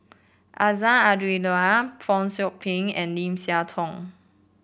Azman Abdullah Fong Chong Pik and Lim Siah Tong